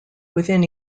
within